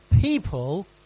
people